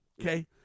Okay